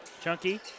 Chunky